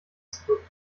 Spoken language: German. zurück